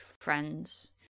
friends